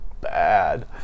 bad